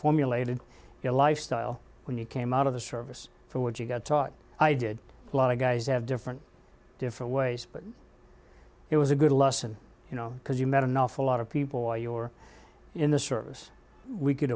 formulated your lifestyle when you came out of the service for what you got taught i did a lot of guys have different different ways but it was a good lesson you know because you met an awful lot of people while you were in the service we could